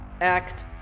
act